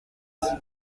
dix